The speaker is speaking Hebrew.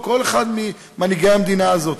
כל אחד ממנהיגי המדינה הזאת,